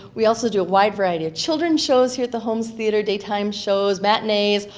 we also do a wide variety of children's shows here at the holmes theatre, daytime shows, matinee,